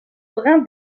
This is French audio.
brun